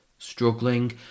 struggling